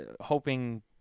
hoping